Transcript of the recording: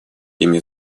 ими